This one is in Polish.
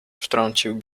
wtrącił